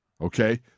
Okay